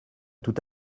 tout